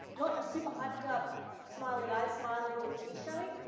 not a super hyped up smiley eyes smiley with teeth showing.